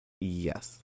Yes